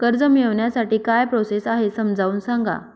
कर्ज मिळविण्यासाठी काय प्रोसेस आहे समजावून सांगा